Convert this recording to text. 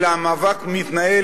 אלא המאבק מתנהל,